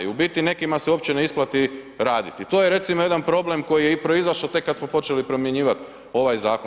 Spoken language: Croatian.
I u biti, nekima se uopće ne isplati raditi i to je recimo, jedan problem koji je i proizašao tek kad smo počeli promjenjivati ovaj zakon.